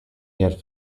had